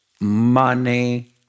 money